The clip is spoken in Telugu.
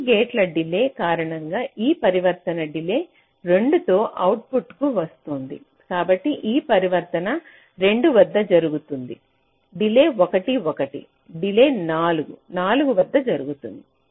ఈ గేట్ల డిలే కారణంగా ఈ పరివర్తన డిలే 2 తో అవుట్పుట్కు వస్తుంది కాబట్టి ఈ పరివర్తన 2 వద్ద జరుగుతుంది డిలే 1 1 డిలే 4 4 వద్ద జరుగుతుంది